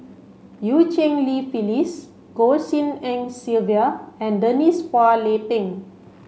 Eu Cheng Li Phyllis Goh Tshin En Sylvia and Denise Phua Lay Peng